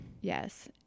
Yes